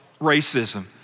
racism